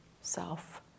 self